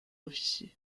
officiers